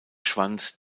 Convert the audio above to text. schwanz